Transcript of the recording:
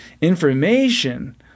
Information